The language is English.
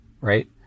right